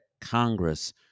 Congress